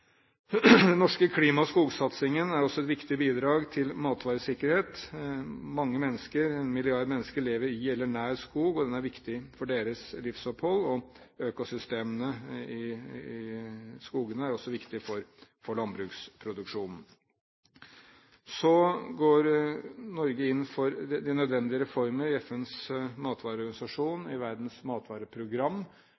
Den norske klima- og skogsatsingen er også et viktig bidrag til matvaresikkerhet. Mange mennesker – en milliard – lever i eller nær skog. Den er viktig for deres livsopphold, og økosystemene i skogene er også viktige for landbruksproduksjonen. Så går Norge inn for de nødvendige reformer i FNs matvareorganisasjon